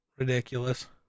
ridiculous